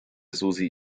susi